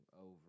over